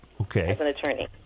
Okay